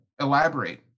elaborate